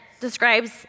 describes